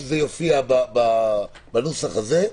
אני מבקש שזה יופיע בנוסח הזה.